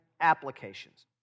applications